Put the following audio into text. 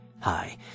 Hi